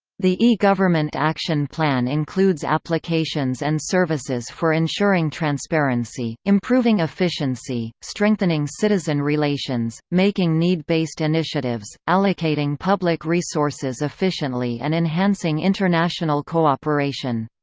the e-government action plan includes applications and services for ensuring transparency, improving efficiency, strengthening citizen relations, making need-based initiatives, allocating public resources efficiently and enhancing international cooperation.